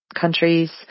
countries